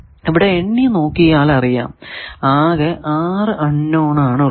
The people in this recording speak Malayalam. ഇവിടെ എണ്ണി നോക്കിയാൽ അറിയാം ആകെ 6 അൺ നോൺ ആണ് ഉള്ളത്